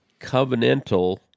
covenantal